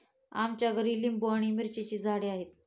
आमच्या घरी लिंबू आणि मिरचीची झाडे आहेत